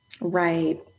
Right